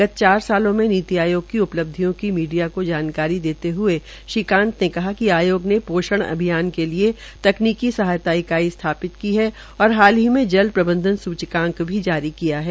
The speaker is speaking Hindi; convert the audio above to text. गत चार सालों में नीति आयोग की उपलब्धियों की मीडिया को जानकारी देते हए श्री कांत ने कहा कि आयोग ने पोषण अभियान के लिए तकनीकी सहायता इकाई स्थापित की है और हाल ही में जल प्रबंधन सूचकांक भी जारी किया है